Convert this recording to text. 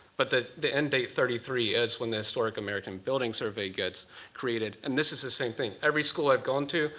but the the end date, thirty three, is when the historic american building survey gets created. and this is the same thing, every school i've gone to,